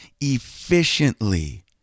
efficiently